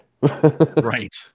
Right